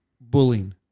Bullying